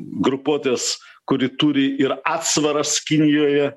grupuotės kuri turi ir atsvaras kinijoje